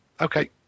Okay